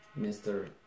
Mr